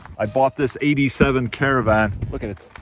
i bought this eighty seven caravan, look at it.